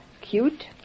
cute